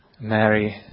Mary